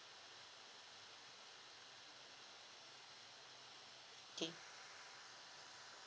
okay